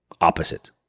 opposite